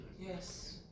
Yes